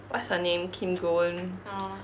what's her name kim go eun